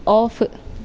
off